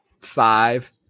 five